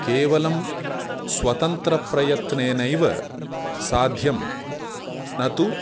केवलं स्वतन्त्रप्रयत्नेनैव साध्यं न तु